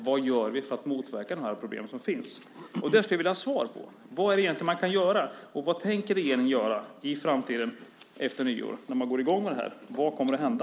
Vad gör vi för att motverka de problem som finns? Det skulle jag vilja ha svar på. Vad är det egentligen man kan göra, och vad tänker regeringen göra i framtiden, efter nyår, när man går i gång med det här? Vad kommer att hända?